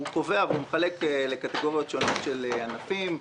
הוא מחלק לקטגוריות שונות של ענפים: